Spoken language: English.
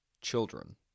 Children